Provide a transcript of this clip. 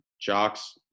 jocks